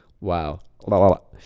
wow